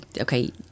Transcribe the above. okay